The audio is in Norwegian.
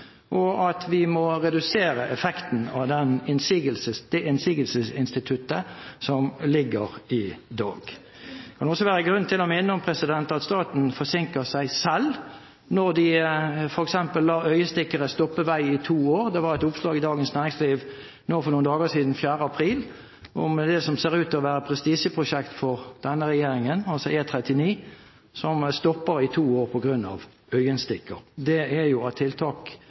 det innsigelsesinstituttet som ligger i dag. Det må også være grunn til å minne om at staten forsinker seg selv når den f.eks. lar øyenstikkere stoppe vei i to år. For noen dager siden, den 4. april, var det et oppslag i Dagens Næringsliv om det som ser ut til å være et prestisjeprosjekt for denne regjeringen, altså E39, som stopper i to år på grunn av øyenstikkere. Det er av